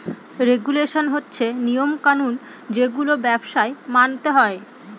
regulation হচ্ছে নিয়ম কানুন যেগুলো ব্যবসায় মানতে হয়